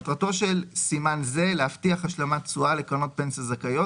מטרתו של סימן זה להבטיח השלמת תשואה לקרנות פנסיה זכאיות,